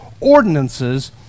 ordinances